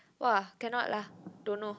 !wah! cannot lah don't know